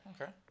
Okay